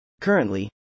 Currently